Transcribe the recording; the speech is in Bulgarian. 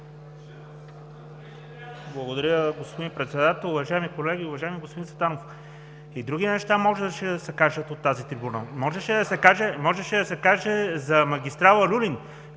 Благодаря, господин Председател. Уважаеми колеги! Уважаеми господин Цветанов, и други неща можеше да се кажат от тази трибуна. Можеше да се каже за магистрала „Люлин“